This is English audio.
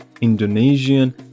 Indonesian